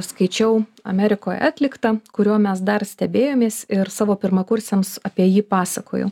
skaičiau amerikoj atliktą kuriuo mes dar stebėjomės ir savo pirmakursiams apie jį pasakojau